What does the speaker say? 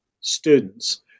students